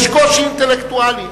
יש קושי אינטלקטואלי.